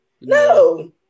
no